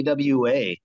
AWA